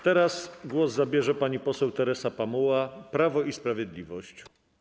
Teraz głos zabierze pani poseł Teresa Pamuła, Prawo i Sprawiedliwość.